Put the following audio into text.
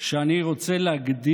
ועל זה באתי לקבול ולהגיד